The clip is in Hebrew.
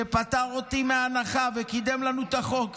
שפטר אותי מהנחה וקידם לנו את החוק,